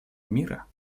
мира